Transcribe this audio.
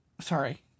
Sorry